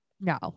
no